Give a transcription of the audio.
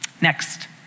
Next